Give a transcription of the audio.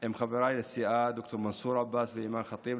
עם חבריי לסיעה ד"ר מנסור עבאס ואימאן ח'טיב,